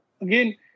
Again